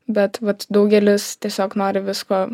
bet vat daugelis tiesiog nori visko